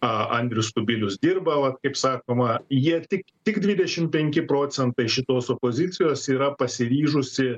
a andrius kubilius dirba vat kaip sakoma jie tik tik dvidešimt penki procentai šitos opozicijos yra pasiryžusi